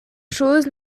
choses